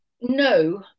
no